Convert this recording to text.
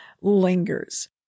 lingers